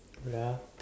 wait ah